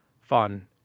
fun